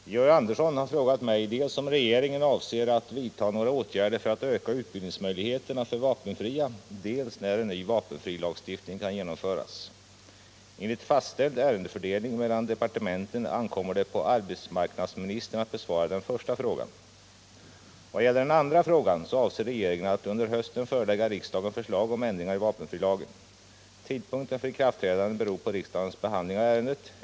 Herr talman! Georg Andersson har frågat mig dels om regeringen avser att vidta några åtgärder för att öka utbildningsmöjligheterna för vapenfria, dels när en ny vapenfrilagstiftning kan genomföras. Enligt fastställd ärendefördelning mellan departementen ankommer det på arbetsmarknadsministern att besvara den första frågan. Vad gäller den andra frågan avser regeringen att under hösten förelägga riksdagen förslag om ändringar i vapenfrilagen. Tidpunkten för ikraftträdandet beror på riksdagens behandling av ärendet.